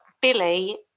Billy